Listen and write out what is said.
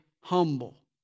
humble